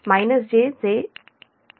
u